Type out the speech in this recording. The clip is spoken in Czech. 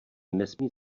nesmí